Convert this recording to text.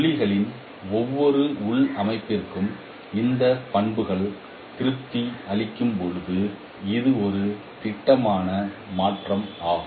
புள்ளிகளின் ஒவ்வொரு உள்ளமைவிற்கும் இந்த பண்புகள் திருப்தி அளிக்கும்போது இது ஒரு திட்டவட்டமான மாற்றமாகும்